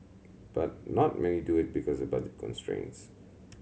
but not many do it because of budget constraints